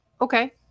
Okay